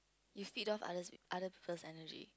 you feed off other's other people's energy